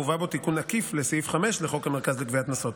מובא בו תיקון עקיף לסעיף 5 לחוק המרכז לגביית קנסות.